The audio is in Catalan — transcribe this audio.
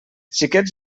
xiquets